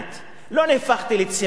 לא נהפכתי לצמחוני,